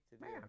Man